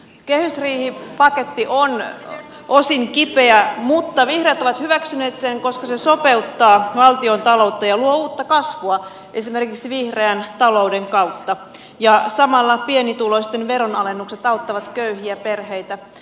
kehysriihipaketti on osin kipeä mutta vihreät ovat hyväksyneet sen koska se sopeuttaa valtiontaloutta ja luo uutta kasvua esimerkiksi vihreän talouden kautta ja samalla pienituloisten veronalennukset auttavat köyhiä perheitä